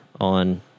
on